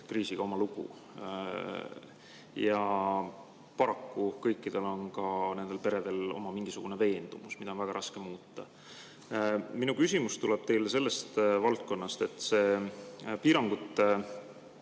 kriisiga oma lugu. Ja paraku on kõikidel peredel ka mingisugune veendumus, mida on väga raske muuta. Minu küsimus tuleb teile sellest valdkonnast, et see piirangute